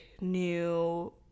new